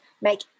Make